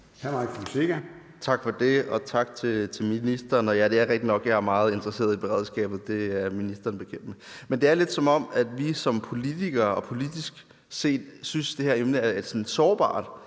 Tak for det, og tak til ministeren. Ja, det er rigtigt nok, jeg er meget interesseret i beredskabet. Det er ministeren bekendt med. Det er lidt, som om vi politikere synes, at det her emne er sårbart,